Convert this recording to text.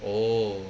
oh